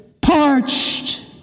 parched